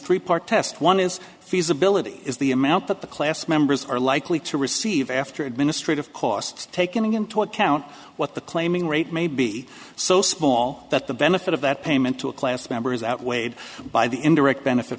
three part test one is feasibility is the amount that the class members are likely to receive after administrative costs taking into account what the claiming rate may be so small that the benefit of that payment to a class member is outweighed by the indirect benefit